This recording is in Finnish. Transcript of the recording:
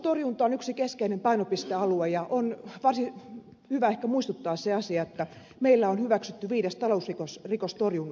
talousrikostorjunta on yksi keskeinen painopistealue ja on varsin hyvä ehkä muistuttaa siitä asiasta että meillä on hyväksytty viides talousrikostorjunnan ohjelma